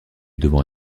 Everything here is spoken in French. devant